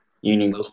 Union